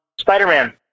Spider-Man